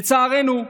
לצערנו,